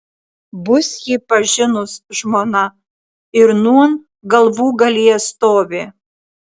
bus jį pažinus žmona ir nūn galvūgalyje stovi